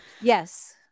Yes